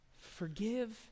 Forgive